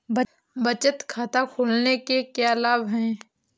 बचत खाता खोलने के क्या लाभ हैं?